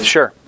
Sure